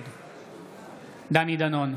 נגד דני דנון,